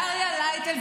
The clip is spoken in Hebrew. דריה לייטל,